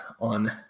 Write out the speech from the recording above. on